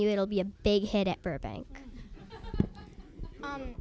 you it'll be a big hit at burbank